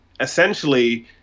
essentially